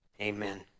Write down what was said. Amen